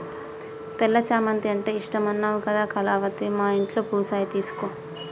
తెల్ల చామంతి అంటే ఇష్టమన్నావు కదా కళావతి మా ఇంట్లో పూసాయి తీసుకో